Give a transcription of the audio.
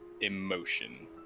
emotion